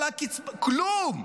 כלום,